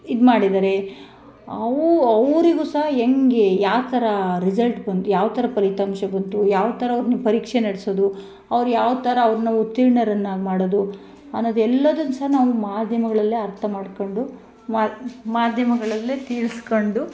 ಇದು ಮಾಡಿದ್ದಾರೆ ಅವು ಅವರಿಗೂ ಸಹ ಹೆಂಗೆ ಯಾವ ಥರ ರಿಸಲ್ಟ್ ಬಂತು ಯಾವ ಥರ ಫಲಿತಾಂಶ ಬಂತು ಯಾವ ಥರ ಅವ್ರು ನಿಮ್ಗೆ ಪರೀಕ್ಷೆ ನಡ್ಸೋದು ಅವ್ರು ಯಾವ ಥರ ಅವ್ರನ್ನ ಉತ್ತೀರ್ಣರನ್ನಾಗಿ ಮಾಡೋದು ಅನ್ನೋದು ಎಲ್ಲದನ್ ಸಹ ನಾವು ಮಾಧ್ಯಮಗಳಲ್ಲೇ ಅರ್ಥ ಮಾಡ್ಕೊಂಡು ಮಾಧ್ಯಮಗಳಲ್ಲೇ ತಿಳಿಸ್ಕೊಂಡು